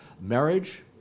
Marriage